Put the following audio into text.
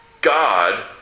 God